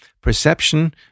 perception